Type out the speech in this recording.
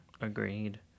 Agreed